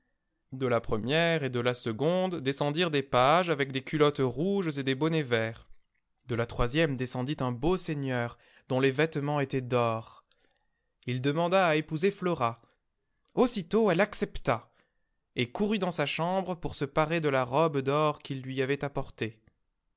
de la première et de la seconde descendirent des pages avec des culottes rouges et des bonnets verts de la troisième descendit un beau seigneur dont les vêtements étaient d'or ii demanda à épouser flora aussitôt elle accepta et courut dans sa chambre pour se parer de la robe d'or qu'il lui avait apportée